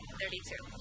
thirty-two